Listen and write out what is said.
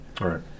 Right